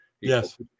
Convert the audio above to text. yes